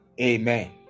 Amen